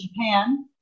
Japan